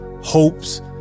hopes